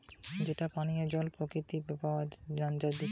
water resource বা জল সম্পদ থাকতিছে যেটি পানীয় জল প্রকৃতিতে প্যাওয়া জাতিচে